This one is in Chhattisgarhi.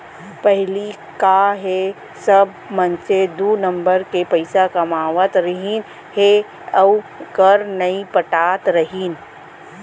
पहिली का हे सब मनसे दू नंबर के पइसा कमावत रहिन हे अउ कर नइ पटात रहिन